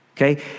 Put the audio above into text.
Okay